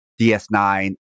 DS9